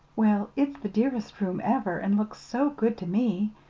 well, it's the dearest room ever, and looks so good to me!